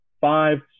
five